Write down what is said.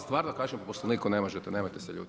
Stvarno kažem po Poslovniku ne možete, nemojte se ljutiti.